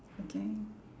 okay